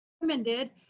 recommended